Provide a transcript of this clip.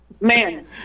Man